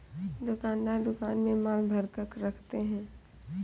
दुकानदार दुकान में माल भरकर रखते है